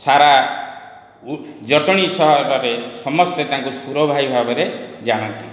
ସାରା ଉ ଜଟଣୀ ସହରରେ ସମସ୍ତେ ତାଙ୍କୁ ସୁର ଭାଇ ଭାବରେ ଜାଣନ୍ତି